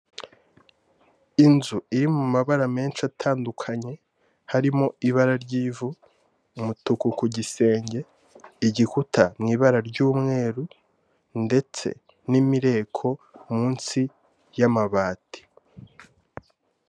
Inzu iri mu mabara menshi atandukanye, harimo ibara ry'ivu, umutuku ku gisenge, igikuta mu ibara ry'umweru ndetse n'imireko munsi y'amabati.